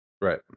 right